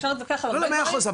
אפשר להתווכח על הרבה דברים.